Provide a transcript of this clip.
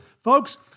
Folks